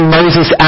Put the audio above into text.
Moses